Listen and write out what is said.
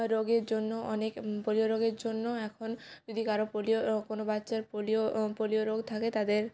রোগের জন্য অনেকে পোলিও রোগের জন্য এখন যদি কারোর পোলিও রোগ কোনো বাচ্ছার পোলিও পোলিও রোগ থাকে তাদের